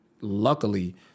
luckily